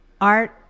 art